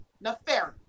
nefarious